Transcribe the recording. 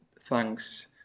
thanks